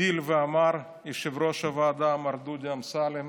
הגדיל לעשות ואמר יושב-ראש הוועדה מר דודי אמסלם